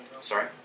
Sorry